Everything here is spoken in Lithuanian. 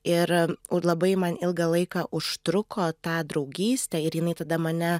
ir labai man ilgą laiką užtruko tą draugystę ir jinai tada mane